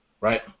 right